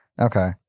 Okay